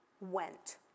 went